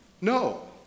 No